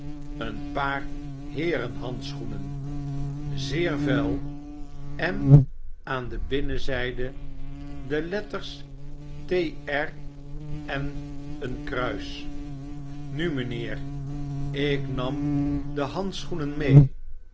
een paar handschoenen eenpaar heeren handschoenen zeer vuil en aan de binnenztjde de letters t r en een kruis nu mynheer ik nam de handschoenen mee